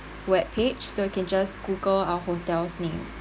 webpage so you can just Google our hotel's name